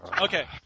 Okay